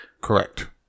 Correct